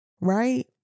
right